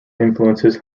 influences